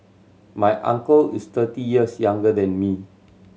my uncle is thirty years younger than me